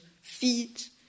feet